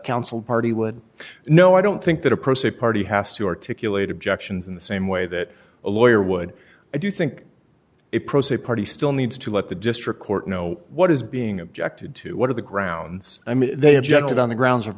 counsel party would no i don't think that a pro se party has to articulate objections in the same way that a lawyer would i do think it proceed party still needs to let the district court know what is being objected to what are the grounds i mean they have generated on the grounds of